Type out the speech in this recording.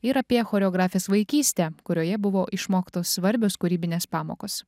ir apie choreografės vaikystę kurioje buvo išmoktos svarbios kūrybinės pamokos